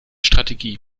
strategie